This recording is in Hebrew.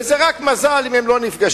וזה רק מזל אם הם לא נפגשים.